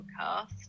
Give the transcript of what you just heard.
podcast